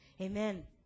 Amen